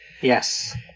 Yes